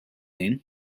din